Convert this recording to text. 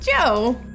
Joe